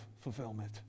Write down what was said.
fulfillment